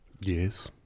Yes